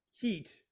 heat